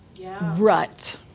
rut